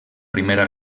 primera